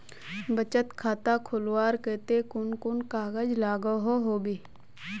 बचत खाता खोलवार केते कुन कुन कागज लागोहो होबे?